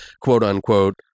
quote-unquote